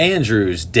Andrew's